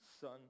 Son